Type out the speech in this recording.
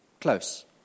Close